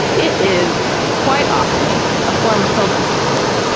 it is quite often a form of social capital.